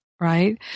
right